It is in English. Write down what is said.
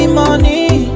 money